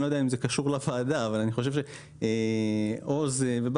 אני לא יודע אם זה קשור לוועדה אבל אני חושב שעוז בת